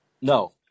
No